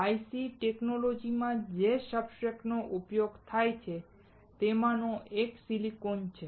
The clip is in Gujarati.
IC ટેકનોલોજીમાં જે સબસ્ટ્રેટ્સ નો ઉપયોગ થાય છે તેમાંનો એક સિલિકોન છે